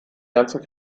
ganze